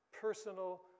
personal